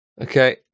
Okay